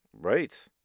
right